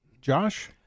Josh